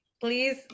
please